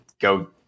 go